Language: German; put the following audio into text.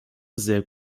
sehr